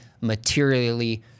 materially